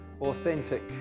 Authentic